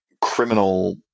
criminal